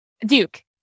Duke